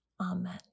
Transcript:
Amen